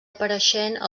apareixent